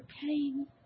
pain